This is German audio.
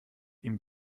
ihm